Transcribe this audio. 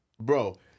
bro